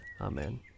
Amen